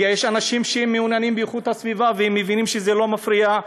כי יש אנשים שהם מעוניינים באיכות הסביבה והם מבינים שזה לא מפריע.